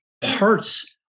parts